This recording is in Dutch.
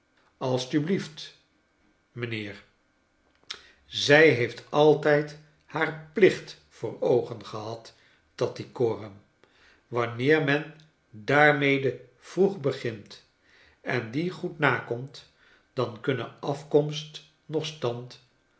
alstublieft mijnheer zij heeft altijd haar plicht voor oogen gehad tattycoram wanneer men daarmede vroeg begint en dien goed nakomt dan kunnen afkomst noch stand